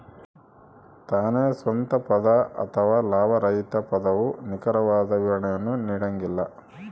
ತಾನೇ ಸ್ವಂತ ಪದ ಅಥವಾ ಲಾಭರಹಿತ ಪದವು ನಿಖರವಾದ ವಿವರಣೆಯನ್ನು ನೀಡಂಗಿಲ್ಲ